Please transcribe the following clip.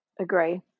Agree